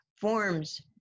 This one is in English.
forms